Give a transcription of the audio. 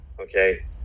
okay